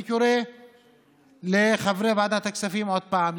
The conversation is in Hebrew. אני קורא לחברי ועדת הכספים עוד פעם,